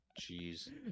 Jeez